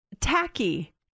tacky